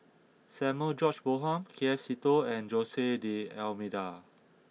Samuel George Bonham K F Seetoh and Jose D'almeida